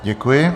Děkuji.